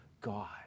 God